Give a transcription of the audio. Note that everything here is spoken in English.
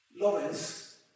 Lawrence